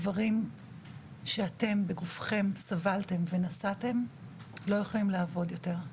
הדברים שאתם בגופכם סבלתם ונשאתם לא יכולים לעבוד יותר.